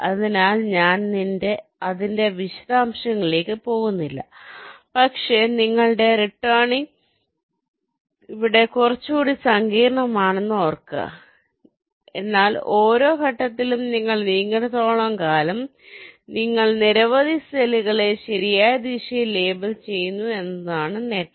അതിനാൽ ഞാൻ അതിന്റെ വിശദാംശങ്ങളിലേക്ക് പോകുന്നില്ല പക്ഷേ നിങ്ങളുടെ റിട്രേസിംഗ് ഇവിടെ കുറച്ചുകൂടി സങ്കീർണ്ണമാണെന്ന് ഓർക്കുക എന്നാൽ ഓരോ ഘട്ടത്തിലും നിങ്ങൾ നീങ്ങുന്നിടത്തോളം കാലം നിങ്ങൾ നിരവധി സെല്ലുകളെ ശരിയായ ദിശയിൽ ലേബൽ ചെയ്യുന്നു എന്നതാണ് നേട്ടം